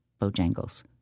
Bojangles